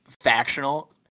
factional